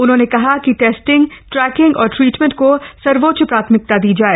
उन्होंने कहा कि टेस्टिंग ट्रैकिंग और ट्रीटमेंट को सर्वोच्च प्राथमिकता दी जाए